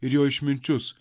ir jo išminčius